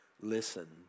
listen